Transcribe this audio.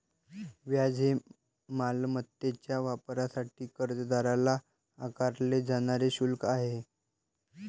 व्याज हे मालमत्तेच्या वापरासाठी कर्जदाराला आकारले जाणारे शुल्क आहे